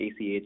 ACH